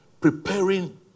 preparing